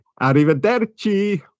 Arrivederci